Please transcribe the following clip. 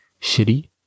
Shitty